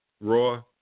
RAW